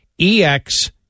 EX